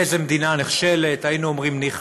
באיזה מדינה נחשלת, היינו אומרים, ניחא.